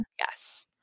Yes